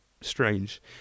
strange